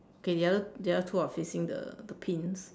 okay the other the other two are facing the the pins